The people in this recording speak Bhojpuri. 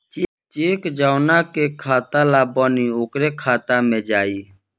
चेक जौना के खाता ला बनी ओकरे खाता मे जाई